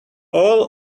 all